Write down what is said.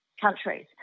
countries